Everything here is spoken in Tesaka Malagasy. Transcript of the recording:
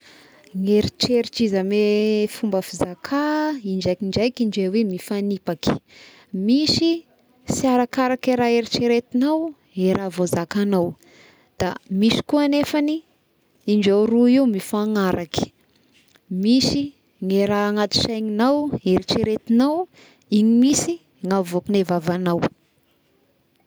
Ny eritreritr'izy ame fomba fizakà indraikindraiky indreo igny mifagnipaky, misy sy arakaraka raha eritreretignao i raha voazakagnao, da misy koa agnefany indreo roy io mifagnaraky misy ny raha agnaty saigninao eritreretignao igny mihisy ny avoky gny vavagnao.